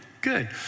good